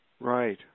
Right